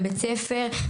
בבתי ספר,